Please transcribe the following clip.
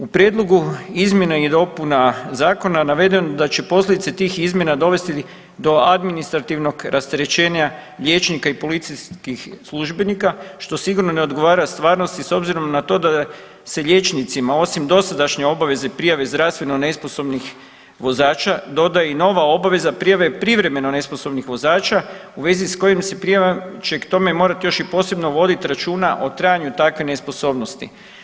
U prijedlogu izmjena i dopuna zakona navedeno je da će posljedice tih izmjena dovesti do administrativnog rasterećenja liječnika i policijskih službenika što sigurno ne odgovara stvarnosti s obzirom na to da se liječnicima osim dosadašnje obaveze prijave zdravstveno nesposobnih vozača dodaje i nova obveza prijave privremeno nesposobnih vozača u vezi s kojim se prijavama će k tome morati još i posebno voditi računa o trajanju takve nesposobnosti.